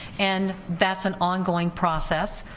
and that's an ongoing process